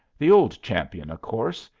the old champion, of course.